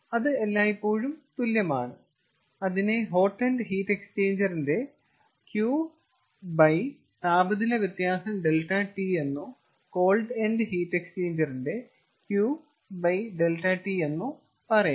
അത് എപ്പോഴും തുല്യമാണ് അതിനെ ഹോട്ട് എൻഡ് ഹീറ്റ് എക്സ്ചേഞ്ചറിന്റെ Qതാപനില വ്യത്യാസം ∆T എന്നോ കോൾഡ് എൻഡ് ഹീറ്റ് എക്സ്ചേഞ്ചറിന്റെ Q∆T എന്നോ പറയാം